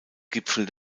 gipfel